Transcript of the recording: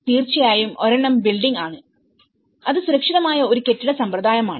തീർച്ചയായും ഒരെണ്ണം ബിൽഡിംഗ് ആണ് അത് സുരക്ഷിതമായ ഒരു കെട്ടിട സമ്പ്രദായമാണ്